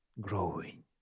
growing